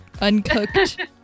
uncooked